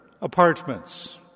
apartments